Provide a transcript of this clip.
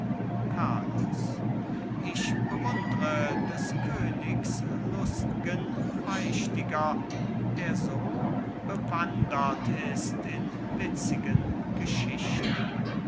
carlos ich bewundre des königs lustgen beichtiger der so bewandert ist in witzigen geschichten